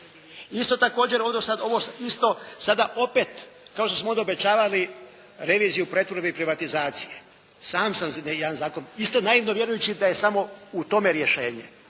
Isto također ovo sad isto, sada opet kao što smo onda obećavali reviziju pretvorbe i privatizacije. Sam sam jedan zakon, isto naivno vjerujući da je samo u tome rješenje.